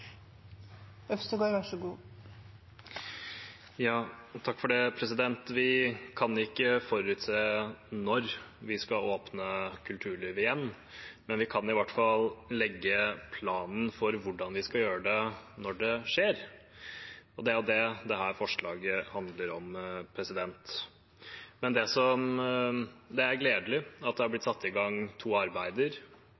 Det blir replikkordskifte. Vi kan ikke forutse når vi skal åpne kulturlivet igjen, men vi kan i hvert fall legge planen for hvordan vi skal gjøre det når det skjer. Det er det dette forslaget handler om. Det er gledelig at det er